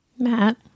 Matt